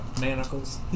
manacles